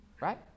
right